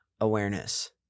awareness